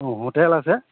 অঁ হোটেল আছে